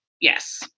yes